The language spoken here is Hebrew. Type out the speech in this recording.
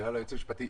שאלה ליועץ המשפטי.